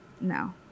no